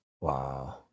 Wow